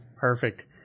Perfect